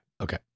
Okay